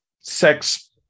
sex